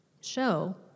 show